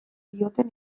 dioten